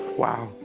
wow,